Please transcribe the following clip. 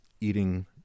eating